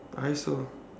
I also